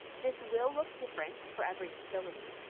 this will look different for every facility,